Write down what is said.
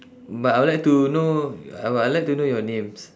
but I'll like to know I'll I'll like to know your names